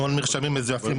המון מרשמים מזויפים,